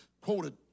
quoted